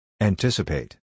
Anticipate